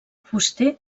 fuster